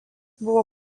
buvo